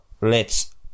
lets